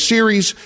Series